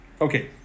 Okay